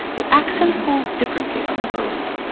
the accent falls differently from of old.